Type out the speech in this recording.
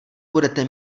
budete